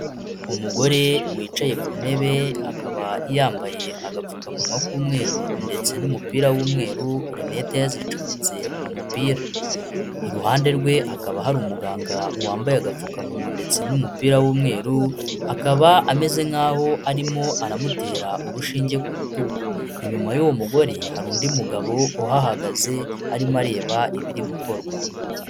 Umugore wicaye ku ntebe akaba yambaye agapfukamunwa k'umweru ndetse n'umupira w'umweru, rinete yazicometse mu mupira. Iruhande rwe hakaba hari umuganga wambaye agapfukamunwa ndetse n'umupira w'umweru, akaba ameze nk'aho arimo aramutera urushinge ku rutugu. Inyuma y'uwo mugore hari undi mugabo uhagaze arimo areba ibiri gukorwa.